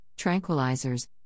tranquilizers